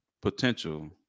potential